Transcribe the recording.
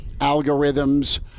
algorithms